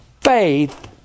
faith